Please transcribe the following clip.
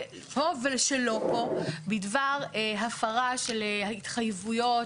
ואז הוא סיפר לי את הסיפור הזה,